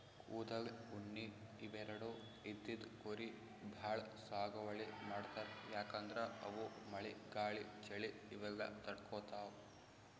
ಕೂದಲ್, ಉಣ್ಣಿ ಇವೆರಡು ಇದ್ದಿದ್ ಕುರಿ ಭಾಳ್ ಸಾಗುವಳಿ ಮಾಡ್ತರ್ ಯಾಕಂದ್ರ ಅವು ಮಳಿ ಗಾಳಿ ಚಳಿ ಇವೆಲ್ಲ ತಡ್ಕೊತಾವ್